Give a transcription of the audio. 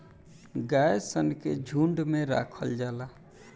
गाय सन के झुंड में राखल जाला